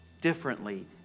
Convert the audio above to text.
differently